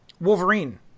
Wolverine